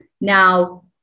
Now